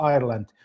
Ireland